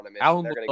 Alan